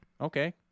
Okay